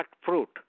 fruit